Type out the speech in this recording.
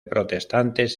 protestantes